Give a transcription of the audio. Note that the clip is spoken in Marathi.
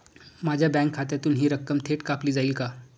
माझ्या बँक खात्यातून हि रक्कम थेट कापली जाईल का?